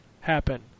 happen